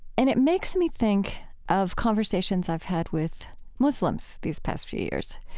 and it makes me think of conversations i've had with muslims these past few years,